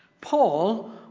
Paul